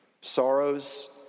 sorrows